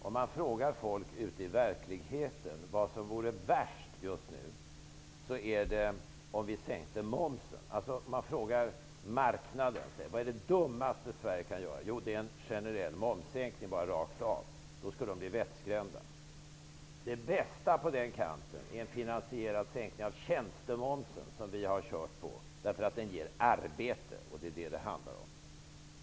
Om man frågar folk ute i verkligheten, dvs. marknaden, vad som just nu vore det dummaste att göra, får man svaret: en generell momssänkning. En moms rakt av skulle göra dem vettskrämda. Det bästa man kan göra vad gäller en momssänkning är en finansierad sänkning av tjänstemomsen. I den rikningen har Ny demokrati arbetat. En sänkt tjänstemoms ger nämligen arbete.